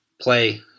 play